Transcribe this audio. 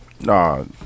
no